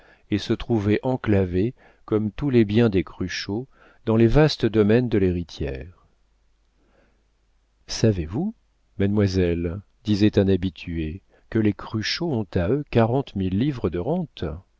et se trouvait enclavé comme tous les biens des cruchot dans les vastes domaines de l'héritière savez-vous mademoiselle disait un habitué que les cruchot ont à eux quarante mille livres de rente